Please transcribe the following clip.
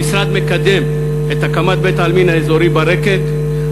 המשרד מקדם את הקמת בית-העלמין האזורי "ברקת",